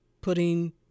putting